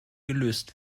gelöst